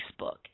Facebook